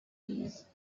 these